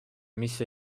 mis